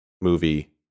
movie